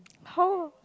how